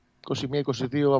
21-22